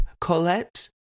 Colette